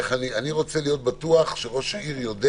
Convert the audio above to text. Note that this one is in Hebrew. אני רוצה להיות בטוח שראש העיר יודע